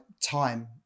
time